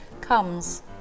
comes